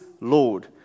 Lord